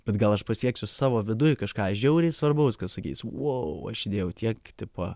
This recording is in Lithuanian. bet gal aš pasieksiu savo viduj kažką žiauriai svarbaus kas sakys vau aš įdėjau tiek tipo